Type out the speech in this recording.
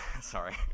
sorry